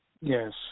Yes